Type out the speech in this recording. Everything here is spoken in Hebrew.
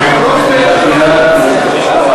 למה בליכוד לא תומכים?